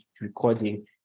recording